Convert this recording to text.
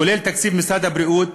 כולל תקציב משרד הבריאות.